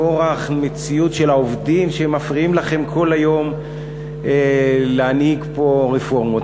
כורח מציאות של העובדים שמפריעים לכם כל היום להנהיג פה רפורמות.